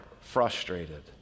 frustrated